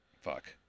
Fuck